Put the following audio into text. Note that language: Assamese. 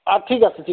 অঁ ঠিক আছে ঠিক আছে